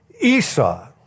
Esau